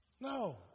No